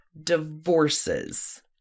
divorces